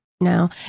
no